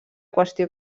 qüestió